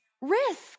Risk